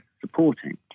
supporting